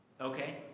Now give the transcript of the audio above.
Okay